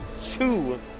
two